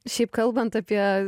šiaip kalbant apie